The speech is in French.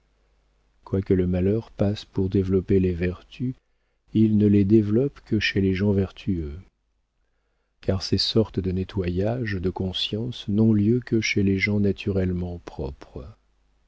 quoique le malheur passe pour développer les vertus il ne les développe que chez les gens vertueux car ces sortes de nettoyages de conscience n'ont lieu que chez les gens naturellement propres